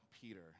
Peter